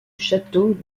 château